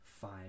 five